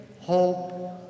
hope